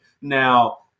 Now